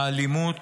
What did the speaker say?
האלימות